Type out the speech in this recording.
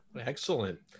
excellent